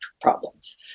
problems